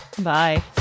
Bye